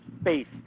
space